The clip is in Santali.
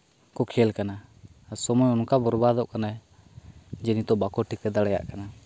ᱠᱚ ᱠᱷᱮᱞ ᱠᱟᱱᱟ ᱥᱚᱢᱚᱭ ᱚᱱᱠᱟ ᱵᱚᱨ ᱵᱟᱫᱚᱜ ᱠᱟᱱᱟ ᱡᱮ ᱱᱤᱛᱚᱜ ᱵᱟᱠᱚ ᱴᱷᱤᱠᱟᱹ ᱫᱟᱲᱮᱭᱟᱜ ᱠᱟᱱᱟ